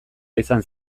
izan